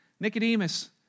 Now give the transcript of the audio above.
Nicodemus